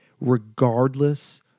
regardless